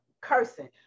cursing